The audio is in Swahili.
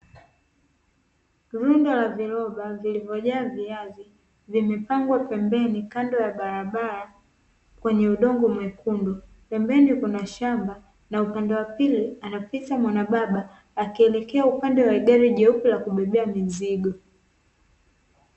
Rundo la viroba vilivyojaa viazi, vimepangwa pembeni kando ya barabara kwenye udongo mwekundu pembeni kuna shamba na upande wa pili, anapita mwanababa akielekea upande wa gari jeupe la kubebea mizigo.